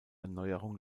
erneuerung